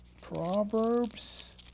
Proverbs